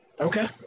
Okay